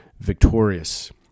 victorious